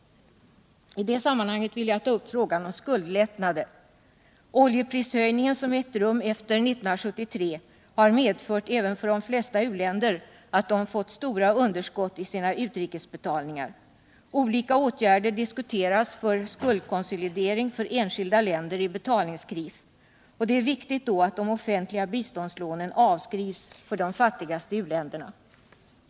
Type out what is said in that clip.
I det sammanhanget vill jag ta upp frågan om skuldlättnader. Den oljeprishöjning som ägt rum efter 1973 har även för de flesta u-länder medfört stora underskott i utrikesbetalningarna. Olika åtgärder diskuteras för skuldkonsolidering för enskilda länder i betalningskris. Det är då viktigt att de offentliga biståndslånen avskrivs för de fattigaste u-länderna.